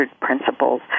principles